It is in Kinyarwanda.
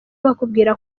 bakubwira